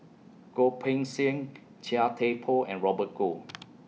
Goh Poh Seng Chia Thye Poh and Robert Goh